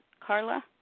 Carla